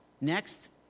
Next